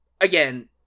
again